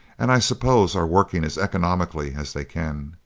and i suppose are working as economically as they can.